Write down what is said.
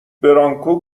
برانکو